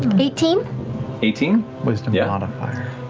eighteen eighteen wisdom yeah modifier.